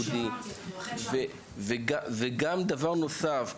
ודבר נוסף,